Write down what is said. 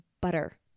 butter